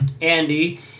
Andy